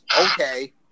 okay